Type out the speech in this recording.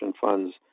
funds